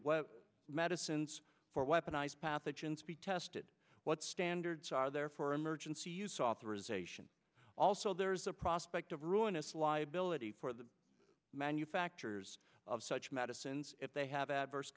should medicines for weaponized pathogens be tested what standards are there for emergency use authorization also there is a prospect of ruinous liability for the manufacturers of such medicines if they have adverse